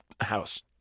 house